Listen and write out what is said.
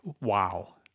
wow